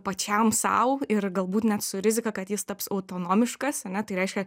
pačiam sau ir galbūt net su rizika kad jis taps autonomiškas ane tai reiškia